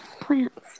plants